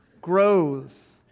grows